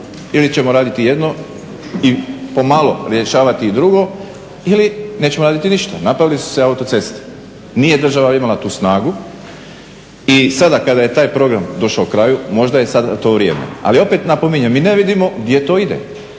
Ili ćemo raditi jedno i pomalo rješavati i drugo ili nećemo raditi ništa. Napravile su se autoceste, nije država imala tu snagu i sada kada je taj program došao kraju, možda je sada to vrijeme. Ali opet, napominjem, mi ne vidimo gdje to ide.